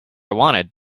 wanted